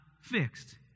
fixed